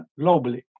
globally